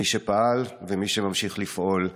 מי שפעל ומי שממשיך לפעול.